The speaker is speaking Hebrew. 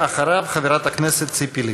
אחריו, חברת הכנסת ציפי לבני.